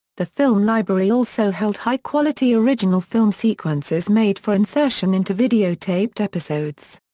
the film library also held high-quality original film sequences made for insertion into videotaped episodes.